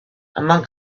among